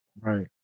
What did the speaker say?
Right